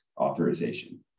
authorization